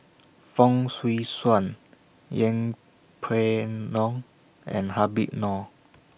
Fong Swee Suan Yeng Pway Ngon and Habib Noh